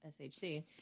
SHC